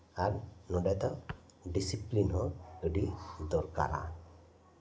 ᱟᱨ ᱱᱚᱸᱰᱮ ᱫᱚ ᱰᱤᱥᱤᱯᱞᱤᱱ ᱦᱚᱸ ᱟᱹᱰᱤ ᱫᱚᱨᱠᱟᱨᱟ